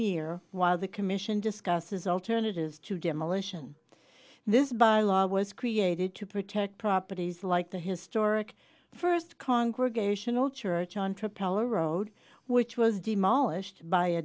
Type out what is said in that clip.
year while the commission discusses alternatives to demolition this by law was created to protect properties like the historic first congregational church entrepreneur road which was demolished by a